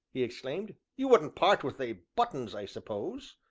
he exclaimed, you wouldn't part wi' they buttons, i suppose?